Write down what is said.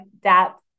depth